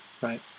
Right